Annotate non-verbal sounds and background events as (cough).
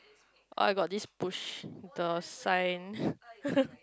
I got this push the sign (laughs)